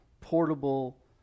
portable